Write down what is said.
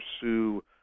pursue